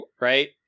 right